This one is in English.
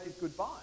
goodbye